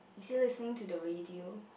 she listening to the radio